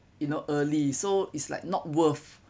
you know early so is like not worth